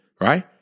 Right